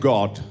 God